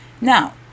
Now